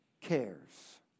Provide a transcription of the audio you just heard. cares